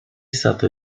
stata